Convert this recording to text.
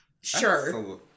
sure